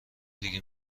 دیگه